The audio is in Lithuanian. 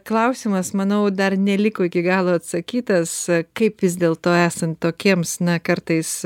klausimas manau dar neliko iki galo atsakytas kaip vis dėl to esant tokiems na kartais